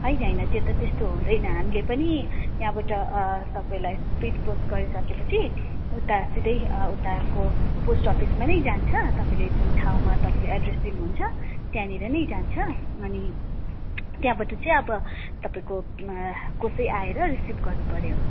होइन होइन त्यो त्यस्तो हुँदैन हामीले पनि यहाँबाट तपाईँलाई स्पिड पोस्ट गरिसकेपछि उतातिरै उताको पोस्ट अफिसमा नै जान्छ तपाईँले जुन ठाउँमा तपाईँले एड्रेस दिनुहुन्छ त्यहाँनिर नै जान्छ अनि त्यहाँबाट चाहिँ अब तपाईँको कसै आएर रिसिभ गर्नुपर्यो